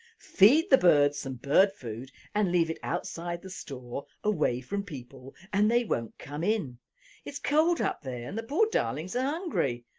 feed the birds some bird food and leave it outside the store away from people and they won't come in, it is cold up there and the poor darlings are hungry,